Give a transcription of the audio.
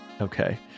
Okay